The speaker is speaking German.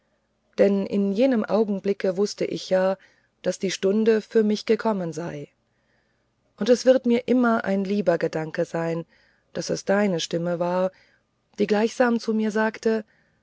denn in jenem augenblicke wußte ich ja daß die stunde für mich gekommen sei und es wird mir immer ein lieber gedanke sein daß es deine stimme war die gleichsam zu mir sagte